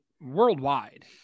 worldwide